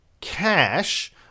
cash